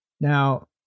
Now